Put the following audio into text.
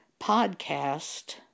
podcast